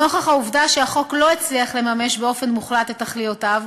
נוכח העובדה שהחוק לא הצליח לממש באופן מוחלט את תכליותיו,